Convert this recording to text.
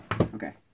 Okay